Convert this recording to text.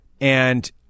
and-